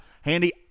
Handy